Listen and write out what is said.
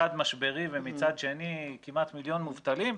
משברי ומצד שני כמעט מיליון מובטלים.